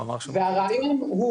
והרעיון הוא